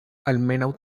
almenaŭ